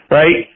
right